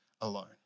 alone